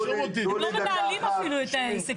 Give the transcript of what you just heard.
הם לא מנהלים אפילו את העסק.